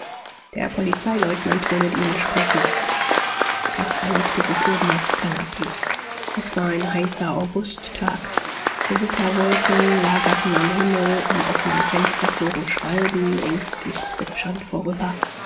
der polizeileutnant will mit ihnen sprechen caspar legte sich oben aufs kanapee es war ein heißer augusttag gewitterwolken lagerten am himmel am offenen fenster flogen schwalben ängstlich zwitschernd vorüber